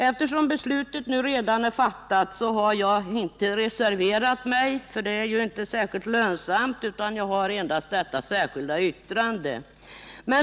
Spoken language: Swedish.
Eftersom beslutet redan är fattat har jag inte reserverat mig, utan jag har nöjt mig med ett särskilt yttrande.